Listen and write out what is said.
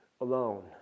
alone